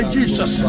Jesus